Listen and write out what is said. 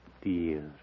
dear